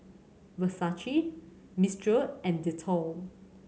Versace Mistral and Dettol